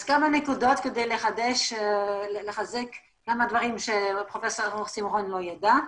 אז כמה נקודות כדי לחזק כמה דברים שפרופ' אבי שמחון לא ידע.